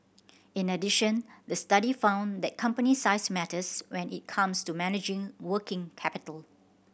in addition the study found that company size matters when it comes to managing working capital